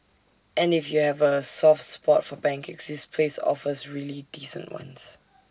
and if you have A soft spot for pancakes this place offers really decent ones